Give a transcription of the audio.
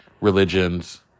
Religions